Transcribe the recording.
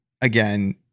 again